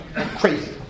crazy